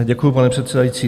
Děkuji, pane předsedající.